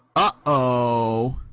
ah oh,